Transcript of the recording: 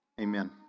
Amen